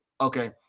Okay